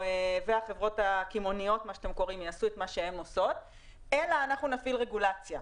והחברות הקמעונאיות יעשו את מה שהן עושות אלא אנחנו נפעיל רגולציה.